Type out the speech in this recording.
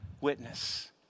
witness